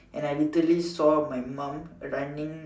and I literally saw my mom running